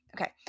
okay